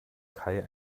kai